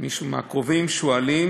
מישהו מהקרובים שהוא אלים,